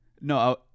No